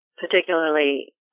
particularly